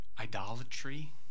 idolatry